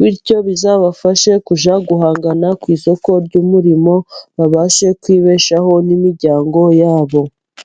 bityo bizabafashe kujya guhangana ku isoko ry'umurimo，babashe kwibeshaho n'imiryango yabo.